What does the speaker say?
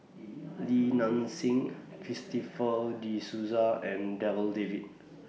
Li Nanxing Christopher De Souza and Darryl David